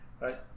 right